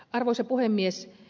arvoisa puhemies